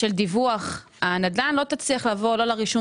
של דיווח הנדל"ן לא תצליח לעבור לרישום